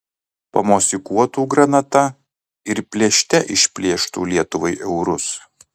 pamosikuotų granata ir plėšte išplėštų lietuvai eurus